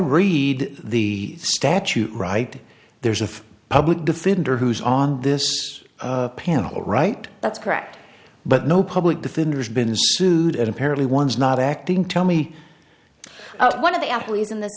read the statute right there's a public defender who's on this panel right that's correct but no public defender has been sued and apparently one is not acting tell me one of the employees in this